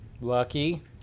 Lucky